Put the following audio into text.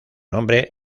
nombre